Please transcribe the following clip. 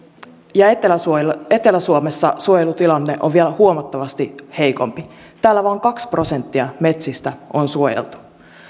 ja etelä suomessa suojelutilanne on vielä huomattavasti heikompi täällä vain kaksi prosenttia metsistä on suojeltu